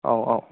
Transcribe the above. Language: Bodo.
औ औ